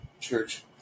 church